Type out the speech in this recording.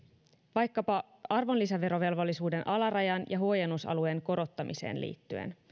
vaikkapa arvonlisäverovelvollisuuden alarajan ja huojennusalueen korottamiseen liittyen